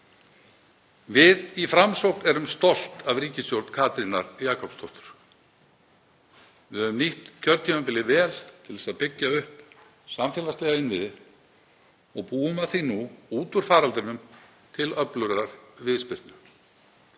Við í Framsókn erum stolt af ríkisstjórn Katrínar Jakobsdóttur. Við höfum nýtt kjörtímabilið vel til að byggja upp samfélagslega innviði og búum að því nú, út úr faraldrinum til öflugrar viðspyrnu.